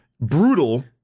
Brutal